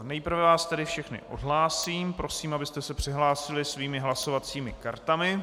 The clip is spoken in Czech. Nejprve vás tedy všechny odhlásím, prosím, abyste se přihlásili svými hlasovacími kartami.